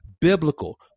biblical